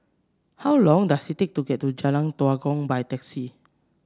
how long does it take to get to Jalan Tua Kong by taxi